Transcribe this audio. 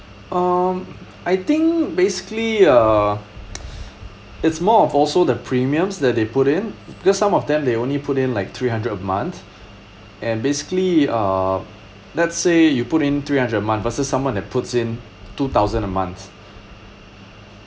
um I think basically uh it's more of also the premiums that they put in because some of them they only put in like three hundred a month and basically uh let's say you put in three hundred a month versus someone that puts in two thousand a month